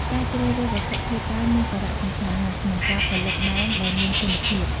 ការជ្រើសរើសវត្ថុធាតុដើមមានសារៈសំខាន់ណាស់ក្នុងការផលិតណែមដែលមានគុណភាព។